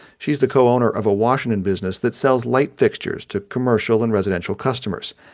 she's the co-owner of a washington business that sells light fixtures to commercial and residential customers.